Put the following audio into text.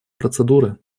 процедуры